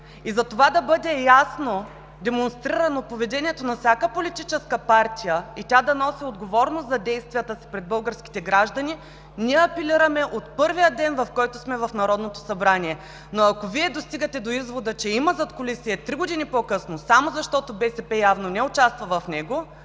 и за това да бъде ясно демонстрирано поведението на всяка политическа партия и тя да носи отговорност за действията си пред българските граждани, ние апелираме от първия ден, от който сме в Народното събрание. Ако Вие достигате до извода, че има задкулисие три години по-късно само защото БСП явно не участва в него,